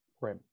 Right